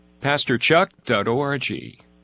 PastorChuck.org